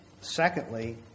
secondly